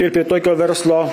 ir prie tokio verslo